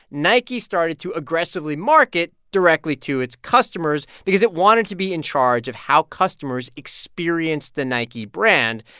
nike started to aggressively market directly to its customers because it wanted to be in charge of how customers experienced the nike brand,